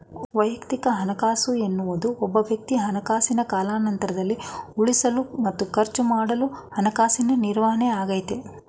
ವೈಯಕ್ತಿಕ ಹಣಕಾಸು ಎನ್ನುವುದು ಒಬ್ಬವ್ಯಕ್ತಿ ಹಣಕಾಸಿನ ಕಾಲಾನಂತ್ರದಲ್ಲಿ ಉಳಿಸಲು ಮತ್ತು ಖರ್ಚುಮಾಡಲು ಹಣಕಾಸಿನ ನಿರ್ವಹಣೆಯಾಗೈತೆ